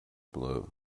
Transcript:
blue